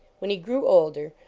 when he grew older,